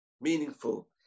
Meaningful